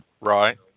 Right